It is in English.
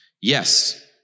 Yes